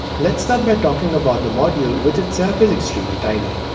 let's start by talking about the module, which itself is extremely tiny.